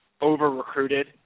over-recruited